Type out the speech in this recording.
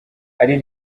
ari